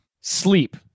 sleep